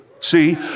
See